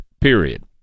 period